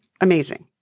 amazing